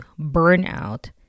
burnout